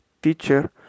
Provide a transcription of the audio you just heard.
Teacher